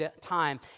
time